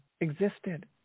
existed